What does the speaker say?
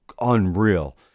unreal